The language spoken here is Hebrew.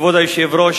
אדוני היושב-ראש,